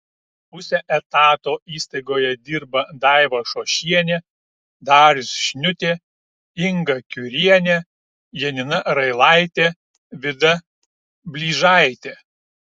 puse etato įstaigoje dirba daiva šošienė darius šniutė inga kiurienė janina railaitė vida blyžaitė